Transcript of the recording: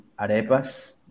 Arepas